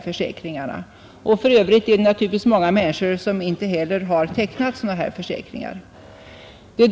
För övrigt är det naturligtvis många människor som inte heller tecknar sådana här försäkringar.